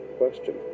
question